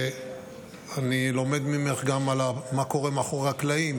אני לומד ממך גם על מה שקורה מאחורי הקלעים,